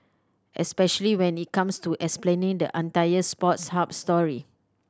especially when it comes to explaining the entire Sports Hub story